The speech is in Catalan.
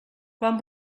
quan